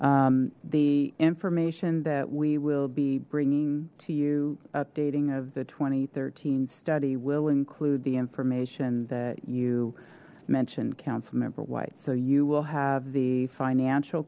that the information that we will be bringing to you updating of the two thousand and thirteen study will include the information that you mentioned councilmember white so you will have the financial